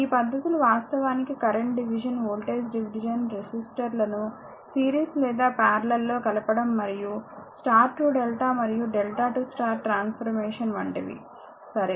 ఈ పద్ధతులు వాస్తవానికి కరెంట్ డివిజన్ వోల్టేజ్ డివిజన్ రెసిస్టర్లను సిరీస్ లేదా పారలెల్ లో కలపడం మరియు స్టార్ టు డెల్టా మరియు డెల్టా టు స్టార్ ట్రాన్స్ఫర్మేషన్ వంటివి సరే